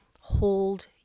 hold